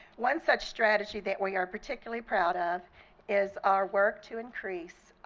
once such strategy that we are particularly proud of is our work to increase